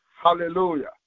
Hallelujah